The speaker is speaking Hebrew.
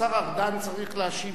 השר ארדן צריך להשיב,